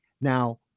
Now